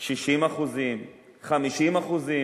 60%, 50%,